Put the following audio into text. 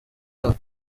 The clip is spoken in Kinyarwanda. yabo